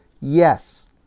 Yes